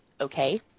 okay